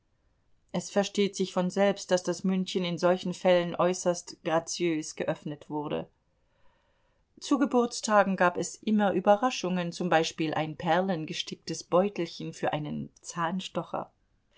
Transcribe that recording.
es versteht sich von selbst daß das mündchen in solchen fällen äußerst graziös geöffnet wurde zu geburtstagen gab es immer überraschungen z b ein perlengesticktes beutelchen für einen zahnstocher